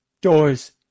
Doors